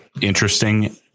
interesting